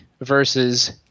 versus